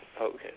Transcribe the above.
Okay